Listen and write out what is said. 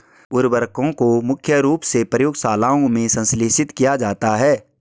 उर्वरकों को मुख्य रूप से प्रयोगशालाओं में संश्लेषित किया जाता है